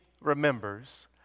remembers